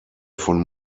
von